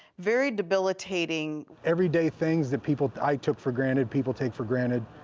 very debilitating. everyday things that people, i, took for granted, people take for granted